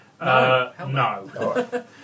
no